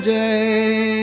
day